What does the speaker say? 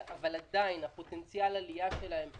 אבל עדיין פוטנציאל העלייה שלהם קיים.